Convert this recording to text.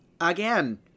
Again